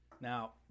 Now